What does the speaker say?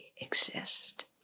exist